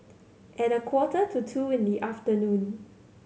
at a quarter to two in the afternoon